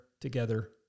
together